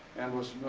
and was,